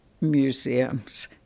museums